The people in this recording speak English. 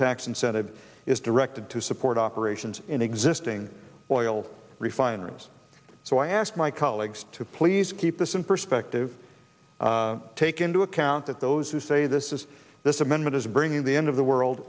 tax incentive is directed to support operations in existing oil refineries so i ask my colleagues to please keep this in perspective take into account that those who say this is this amendment is bringing the end of the world